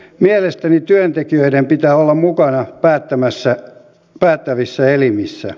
mielestäni työntekijöiden pitää olla mukana päättävissä elimissä